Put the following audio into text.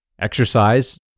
exercise